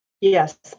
Yes